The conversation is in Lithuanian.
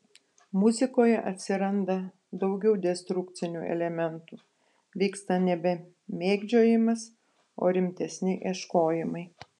muzikoje atsiranda daugiau destrukcinių elementų vyksta nebe mėgdžiojimas o rimtesni ieškojimai